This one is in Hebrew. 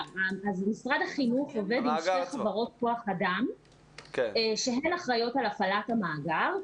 משרד החינוך עובד עם שתי חברות כוח אדם שהן אחראיות על הפעלת המאגר.